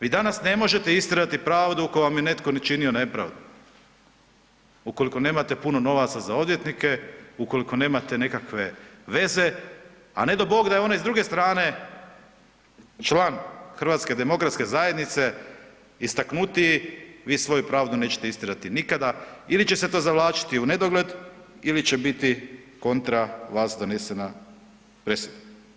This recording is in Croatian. Vi danas ne možete istjerati pravdu ako vam je netko načinio nepravdu, ukoliko nemate puno novaca za odvjetnike, ukoliko nemate nekakve veze a ne dao bog da je on s druge strane član HDZ-a istaknutiji, vi svoju pravdu nećete istjerati nikada ili će se to zavlačiti unedogled ili će biti kontra vas donesena presuda.